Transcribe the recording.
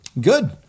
good